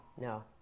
no